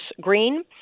green